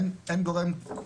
אין גורם.